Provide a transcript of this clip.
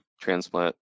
transplant